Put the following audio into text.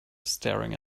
staring